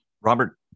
Robert